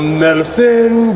medicine